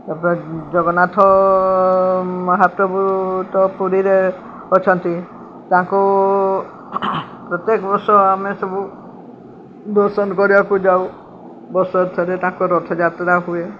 ତାପରେ ଜଗନ୍ନାଥ ମହାପ୍ରଭୁ ତ ପୁରୀରେ ଅଛନ୍ତି ତାଙ୍କୁ ପ୍ରତ୍ୟେକ ବର୍ଷ ଆମେ ସବୁ ଦର୍ଶନ କରିବାକୁ ଯାଉ ବର୍ଷକ ଥରେ ତାଙ୍କ ରଥଯାତ୍ରା ହୁଏ